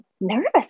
nervous